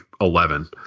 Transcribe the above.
eleven